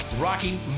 rocky